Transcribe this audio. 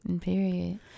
Period